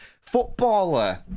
footballer